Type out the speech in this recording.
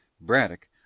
Braddock